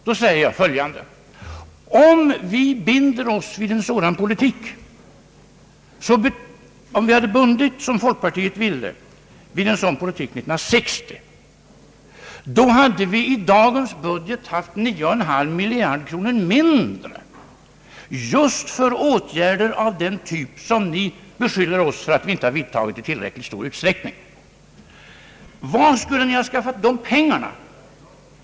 Jag vill då säga följande. Om vi hade bundit oss för en sådan politik som folkpartiet ville år 1960, hade vi i dagens budget haft 9,5 miljarder kronor mindre just för åtgärder av den typ som ni beskyller oss för att inte ha vidtagit i tillräckligt stor utsträckning. Var skulle ni ha skaffat dessa pengar?